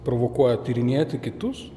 provokuoja tyrinėti kitus